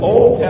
Old